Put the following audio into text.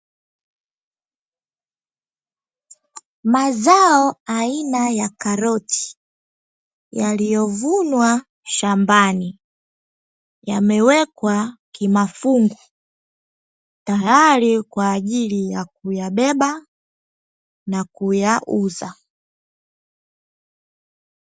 Mazao aina ya karoti, yaliyovunwa shambani, yamewekwa kimafungu tayari kwa ajili ya kuyabeba na kuyauza.